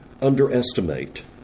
underestimate